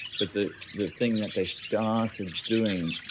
but the the thing that they started doing,